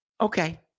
Okay